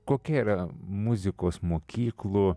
kokia yra muzikos mokyklų